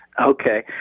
Okay